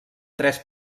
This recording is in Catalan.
tres